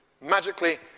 magically